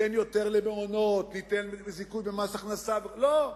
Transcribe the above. ניתן יותר למעונות, ניתן זיכוי במס הכנסה, לא.